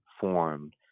formed